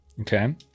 Okay